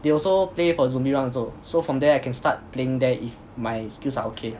they also play for zombie run also so from there I can start playing there if my skills are okay